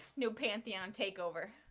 no pantheon takeover.